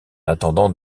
attendant